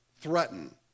Threaten